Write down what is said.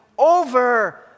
over